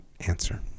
answer